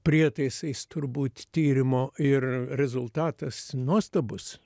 prietaisais turbūt tyrimo ir rezultatas nuostabus